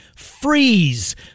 Freeze